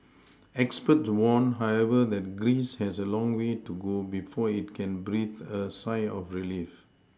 experts warn however that Greece has a long way to go before it can breathe a sigh of Relief